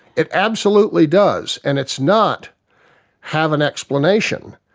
it absolutely does and it's not have an explanation,